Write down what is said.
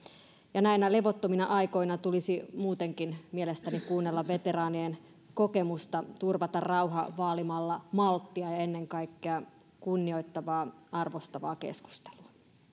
näinä levottomina aikoina tulisi muutenkin mielestäni kuunnella veteraanien kokemusta turvata rauha vaalimalla malttia ja ennen kaikkea kunnioittavaa arvostavaa keskustelua